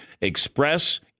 Express